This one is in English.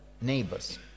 neighbors